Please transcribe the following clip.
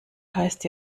heißt